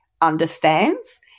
understands